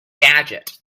gadget